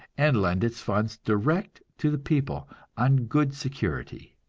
and lend its funds direct to the people on good security.